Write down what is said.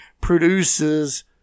produces